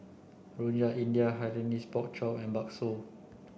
Rojak India Hainanese Pork Chop and Bakso